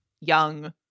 young